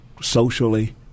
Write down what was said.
socially